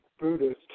buddhist